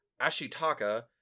Ashitaka